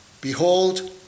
Behold